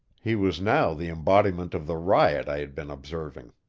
he was now the embodiment of the riot i had been observing.